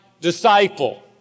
disciple